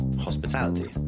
Hospitality